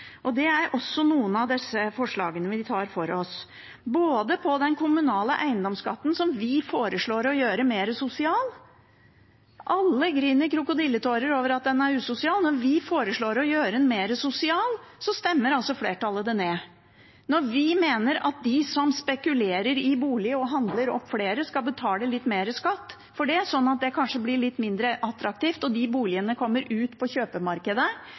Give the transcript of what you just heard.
også bak noen av forslagene vi har fremmet, f.eks. om den kommunale eiendomsskatten, som vi foreslår å gjøre mer sosial. Alle gråter krokodilletårer over at den er usosial, men når vi foreslår å gjøre den mer sosial, stemmer flertallet det ned. Når vi mener at de som spekulerer i boliger og kjøper opp flere, skal betale litt mer skatt for det, slik at det kanskje blir litt mindre attraktivt og boligene kommer ut på kjøpemarkedet